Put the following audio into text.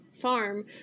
Farm